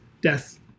death